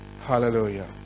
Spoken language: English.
Hallelujah